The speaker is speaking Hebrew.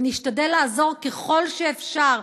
ונשתדל לעזור ככל שאפשר,